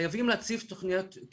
חייבים להציב תוכניות.